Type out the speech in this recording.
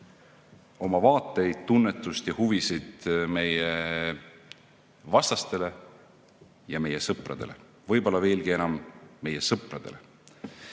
oma vaateid, tunnetust ja huvisid meie vastastele ja meie sõpradele, võib-olla veelgi enam meie sõpradele.